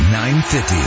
950